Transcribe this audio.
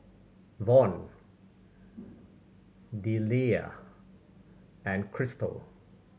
Von Deliah and Chrystal